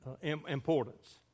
importance